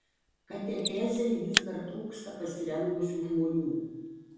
katechezei vis dar trūksta pasirengusių žmonių